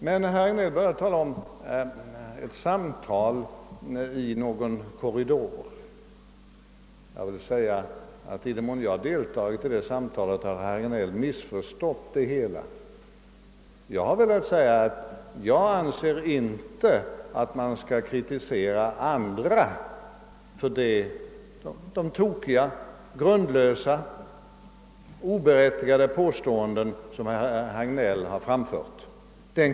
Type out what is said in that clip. Herr Hagnell talade om ett samtal i någon korridor. I den mån jag deltagit i ett sådant samtal har herr Hagnell missförstått det hela. Jag anser inte att man skall kritisera andra för de tokiga, grundlösa och oberättigade påståenden som herr Hagnell har gjort.